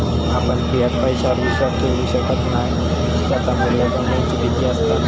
आपण फियाट पैशावर विश्वास ठेवु शकणव नाय त्याचा मू्ल्य गमवुची भीती असता